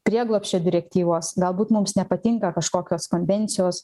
prieglobsčio direktyvos galbūt mums nepatinka kažkokios konvencijos